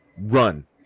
run